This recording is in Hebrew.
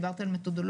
דיברת על מתודולוגיה,